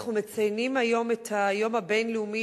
אנחנו מציינים היום את היום הבין-לאומי